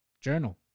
Journal